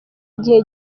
igihe